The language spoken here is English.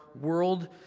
world